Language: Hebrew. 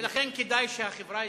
בדרך כלל זה כך, מה לעשות?